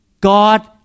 God